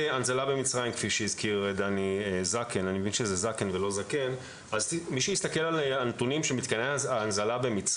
שם הנזלה ומשם למקומות אליהם